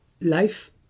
life